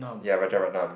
ya Rajaratnam